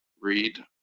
read